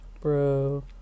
bro